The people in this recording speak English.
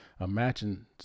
imagine